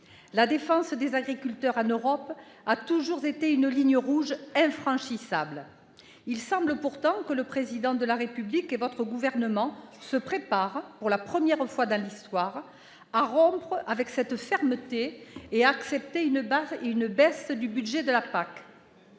La défense des agriculteurs en Europe a toujours été une ligne rouge infranchissable. Il semble pourtant que le Président de la République et votre gouvernement se préparent, pour la première fois dans l'histoire, à rompre avec cette fermeté et à accepter une baisse du budget de la PAC.